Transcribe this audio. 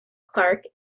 clarke